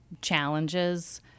challenges